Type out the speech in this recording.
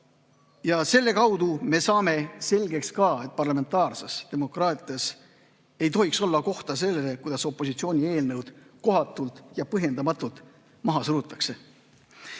Selle kaudu me saame selgeks ka, et parlamentaarses demokraatias ei tohiks olla kohta sellele, kuidas opositsiooni eelnõud kohatult ja põhjendamatult maha surutakse.